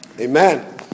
Amen